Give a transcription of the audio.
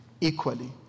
equally